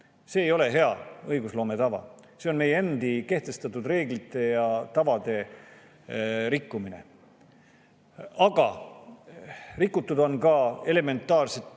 See ei ole hea õigusloome tava. See on meie endi kehtestatud reeglite ja tavade rikkumine. Aga rikutud on ka elementaarset